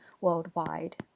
worldwide